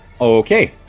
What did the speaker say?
okay